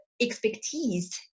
expertise